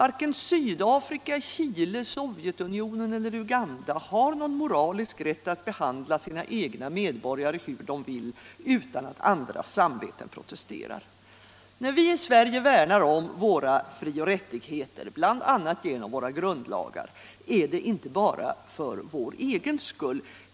Varken Sydafrika, Chile, Sovjetunionen eller Uganda har någon moralisk rätt att behandla sina egna medborgare hur de vill, utan att andras samveten protesterar. När vi i Sverige värnar om våra fri och rättigheter, bl.a. genom våra grundlagar, är det inte bara för vår egen skull.